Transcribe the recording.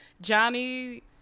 johnny